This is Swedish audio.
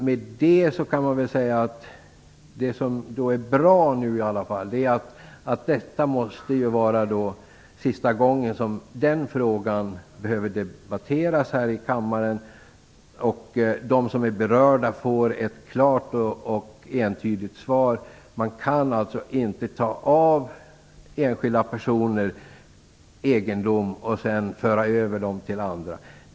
Med det kan man säga att det som nu är bra är att detta måste vara sista gången som den här frågan behöver debatteras här i kammaren. De som är berörda får nu ett klart och entydigt svar: Man kan inte ta egendom från enskilda personer och föra över till andra.